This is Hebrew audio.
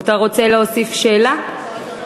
אתה רוצה להוסיף שאלה?